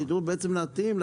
וזה לוקח זמן.